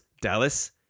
Dallas